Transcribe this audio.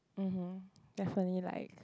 (uh huh) definitely like